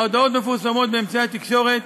ההודעות מפורסמות באמצעי התקשורת,